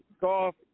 golf